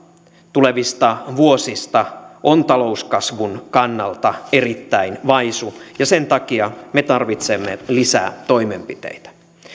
tulevista vuosista on talouskasvun kannalta erittäin vaisu ja sen takia me tarvitsemme lisää toimenpiteitä